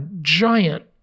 giant